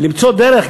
למצוא דרך,